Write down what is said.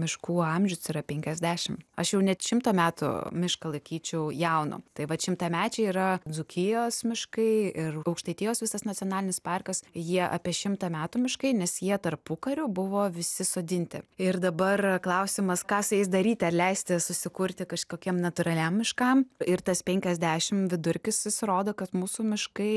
miškų amžius yra penkiasdešim aš jau net šimto metų mišką laikyčiau jaunu taip vat šimtamečiai yra dzūkijos miškai ir aukštaitijos visas nacionalinis parkas jie apie šimtą metų miškai nes jie tarpukariu buvo visi sodinti ir dabar klausimas ką su jais daryti ar leisti susikurti kažkokiem natūraliam miškam ir tas penkiasdešim vidurkis jis rodo kad mūsų miškai